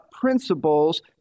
principles